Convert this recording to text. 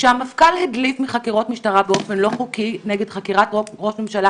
כשהמפכ"ל הדליף מחקירות משטרה באופן לא חוקי נגד חקירת ראש ממשלה,